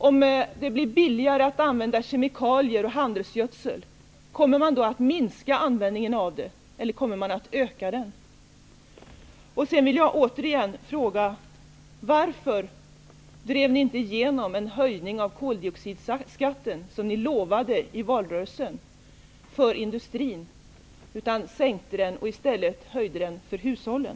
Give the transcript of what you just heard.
Om det blir billigare att använda kemikalier och handelsgödsel minskar då användningen av det eller ökar den? Sedan vill jag återigen fråga: Varför drev ni inte igenom en höjning av koldioxidskatten för industrin, som ni lovade i valrörelsen? I stället sänkte ni den och höjde den i stället för hushållen.